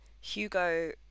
Hugo